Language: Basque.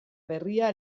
berria